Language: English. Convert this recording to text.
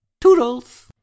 Toodles